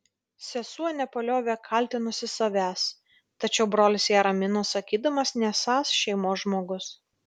sesuo nepaliovė kaltinusi savęs tačiau brolis ją ramino sakydamas nesąs šeimos žmogus